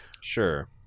Sure